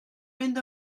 mynd